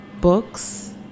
books